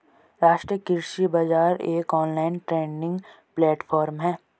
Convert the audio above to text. राष्ट्रीय कृषि बाजार एक ऑनलाइन ट्रेडिंग प्लेटफॉर्म है